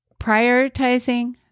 Prioritizing